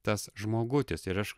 tas žmogutis ir aš